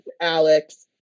Alex